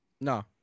No